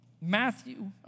Matthew